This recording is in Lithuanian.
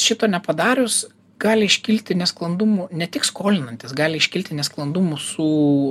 šito nepadarius gali iškilti nesklandumų ne tik skolinantis gali iškilti nesklandumų su